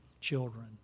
children